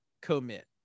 commit